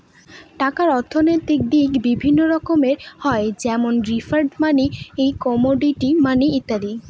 টাকার অর্থনৈতিক দিক বিভিন্ন রকমের হয় যেমন ফিয়াট মানি, কমোডিটি মানি ইত্যাদি